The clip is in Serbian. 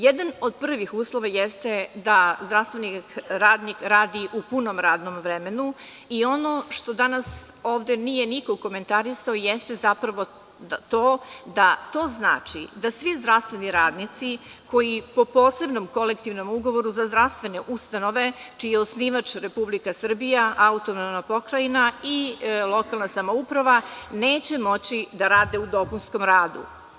Jedan od prvih uslova jeste da zdravstveni radnik radi u punom radnom vremenu i ono što danas ovde nije niko komentarisao jeste zapravo to da to znači da svi zdravstveni radnici koji po posebnom kolektivnom ugovoru za zdravstvene ustanove čiji je osnivač Republika Srbija, AP i lokalne samouprava neće moći da rade u dopunskom radu.